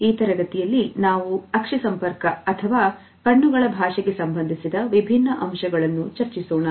ಈ ತರಗತಿಯಲ್ಲಿ ನಾವು ಅಕ್ಷಿ ಸಂಪರ್ಕ ಅಥವಾ ಕಣ್ಣುಗಳ ಭಾಷೆಗೆ ಸಂಬಂಧಿಸಿದ ವಿಭಿನ್ನ ಅಂಶಗಳನ್ನು ಚರ್ಚಿಸೋಣ